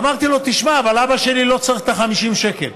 אמרתי לו: תשמע, אבל אבא שלי לא צריך את ה-50 שקל,